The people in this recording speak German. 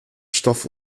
stoff